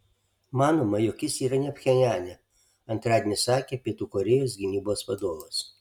manoma jog jis yra ne pchenjane antradienį sakė pietų korėjos gynybos vadovas